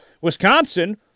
Wisconsin